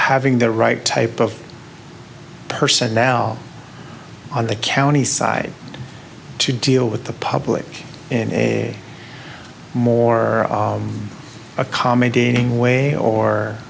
having the right type of personnel on the county side to deal with the public in a more accommodating way or